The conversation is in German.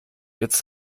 jetzt